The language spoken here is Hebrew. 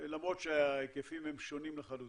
למרות שההיקפים הם שונים לחלוטין.